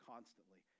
constantly